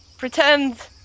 Pretend